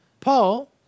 Paul